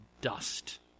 dust